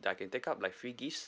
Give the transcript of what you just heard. that I can take up like free gifts